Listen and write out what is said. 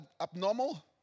abnormal